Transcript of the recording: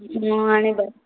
ହଁ ଆଣିବା